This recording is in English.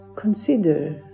Consider